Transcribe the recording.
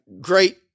great